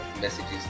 messages